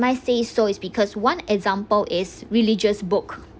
I say so is because one example is religious book